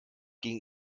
gegen